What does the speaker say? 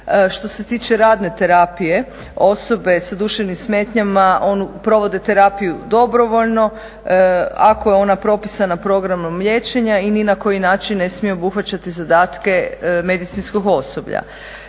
Što se tiče radne terapije, osobe sa duševnim smetnjama provode terapiju dobrovoljno, ako je ona propisana programom liječenja i ni na koji način ne smije obuhvaćati zadatke medicinskog osoblja.